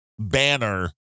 banner